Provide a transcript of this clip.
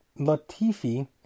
Latifi